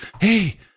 hey